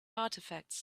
artifacts